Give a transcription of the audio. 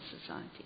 Society